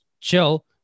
chill